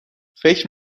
فکر